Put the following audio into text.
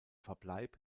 verbleib